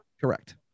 Correct